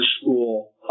School